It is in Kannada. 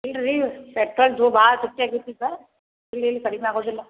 ಇಲ್ಲ ರೀ ಪೆಟ್ರೋಲ್ದು ಭಾಳ ತುಟ್ಟಿಯಾಗೈತಿ ಸರ್ ಇಲ್ಲ ಇಲ್ಲ ಕಡಿಮೆ ಆಗುವುದಿಲ್ಲ